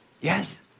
Yes